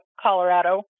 Colorado